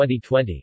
2020